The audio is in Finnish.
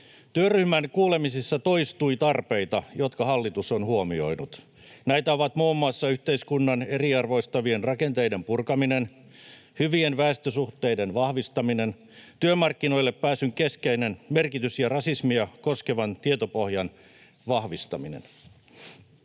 Työryhmän kuulemisissa toistui tarpeita, jotka hallitus on huomioinut. Näitä ovat muun muassa yhteiskunnan eriarvoistavien rakenteiden purkaminen, hyvien väestösuhteiden vahvistaminen, työmarkkinoille pääsyn keskeinen merkitys ja rasismia koskevan tietopohjan vahvistaminen.